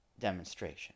demonstration